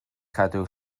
cadw